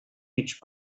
each